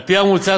על-פי המוצע,